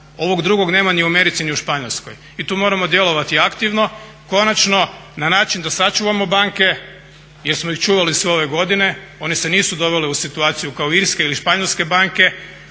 Ovog drugog nema ni u Americi ni u Španjolskoj i tu moramo djelovati aktivno, konačno na način da sačuvamo banke jer smo ih čuvali sve ove godine. One se nisu dovele u situaciju kao irske ili španjolske banke,